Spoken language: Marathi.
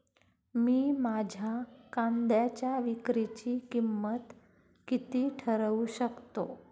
मी माझ्या कांद्यांच्या विक्रीची किंमत किती ठरवू शकतो?